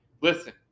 Listen